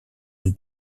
une